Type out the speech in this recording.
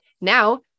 Now